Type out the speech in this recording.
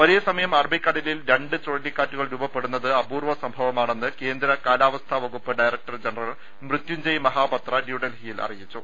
ഒരേസമയം അറബിക്കടലിൽ രണ്ട് ചുഴലിക്കാറ്റുകൾ രൂപപ്പെടുന്നത് അപൂർവ സംഭവമാണെന്ന് കേന്ദ്ര കാലാ വസ്ഥാ വകുപ്പ് ഡയറക്ടർ ജനറൽ മൃത്യുഞ്ജയ് മഹാപത്ര ന്യൂഡൽഹി യിൽ അറിയിച്ചു